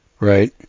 Right